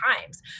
times